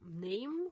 name